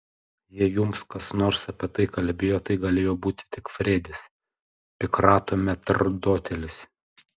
jei jums kas nors apie tai kalbėjo tai galėjo būti tik fredis pikrato metrdotelis